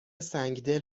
سنگدل